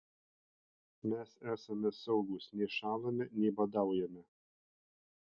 mes esame saugūs nei šąlame nei badaujame